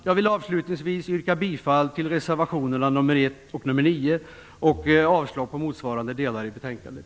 Jag vill avslutningsvis yrka bifall till reservationerna nr 1 och nr 9 samt avslag på motsvarande moment i betänkandet.